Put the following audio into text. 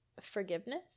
forgiveness